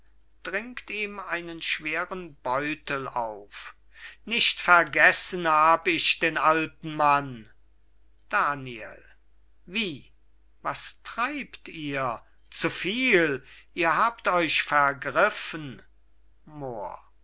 nicht vergessen hab ich den alten mann daniel wie was treibt ihr zuviel ihr habt euch vergriffen moor